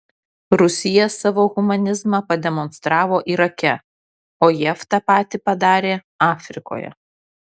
rusija savo humanizmą pademonstravo irake o jav tą patį padarė afrikoje